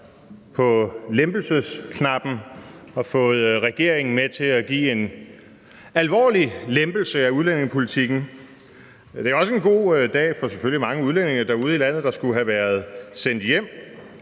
på lempelsesknappen og fået regeringen med til at lave en alvorlig lempelse af udlændingepolitikken. Det er også en god dag for selvfølgelig mange udlændinge derude i landet, der skulle have været sendt hjem.